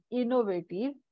innovative